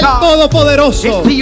Todopoderoso